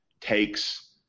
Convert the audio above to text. takes